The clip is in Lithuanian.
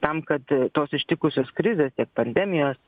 tam kad tos ištikusios krizės tiek pandemijos